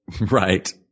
Right